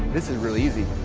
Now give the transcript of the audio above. this is really easy.